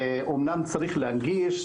אומנם צריך להנגיש,